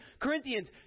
Corinthians